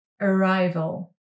arrival